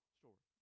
story